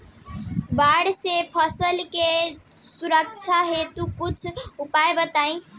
बाढ़ से फसल के सुरक्षा हेतु कुछ उपाय बताई?